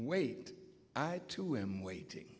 wait i too am waiting